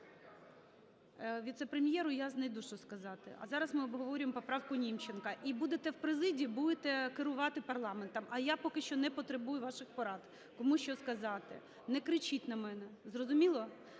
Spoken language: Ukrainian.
Віце-прем'єру я знайду, що сказати. А зараз ми обговорюємо поправку Німченка. І будете в президії, будете керувати парламентом. А я поки що не потребую ваших порад, кому що сказати. Не кричіть на мене. Зрозуміло?